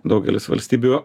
daugelis valstybių